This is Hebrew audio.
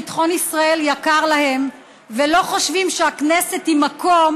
ביטחון ישראל יקר להם והם לא חושבים שהכנסת היא מקום